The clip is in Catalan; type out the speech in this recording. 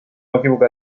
equivocar